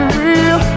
real